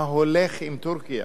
מה הולך עם טורקיה.